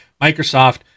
Microsoft